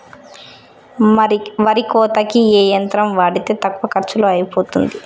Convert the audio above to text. వరి కోతకి ఏ యంత్రం వాడితే తక్కువ ఖర్చులో అయిపోతుంది?